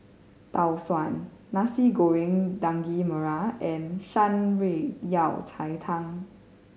Tau Suan Nasi Goreng Daging Merah and Shan Rui Yao Cai Tang